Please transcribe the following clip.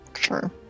sure